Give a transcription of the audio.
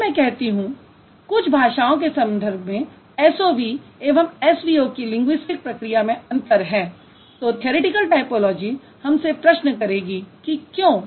यदि मैं कहती हूँ कुछ भाषाओं के संदर्भ में SOV एवं SVO की लिंगुइस्टिक प्रक्रिया में अंतर है तो थ्यरिटिकल टायपोलॉजी हम से प्रश्न करेगी कि क्यों